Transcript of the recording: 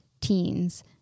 teens